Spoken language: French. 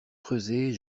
creuser